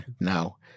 No